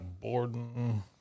Borden